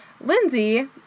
Lindsay